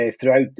throughout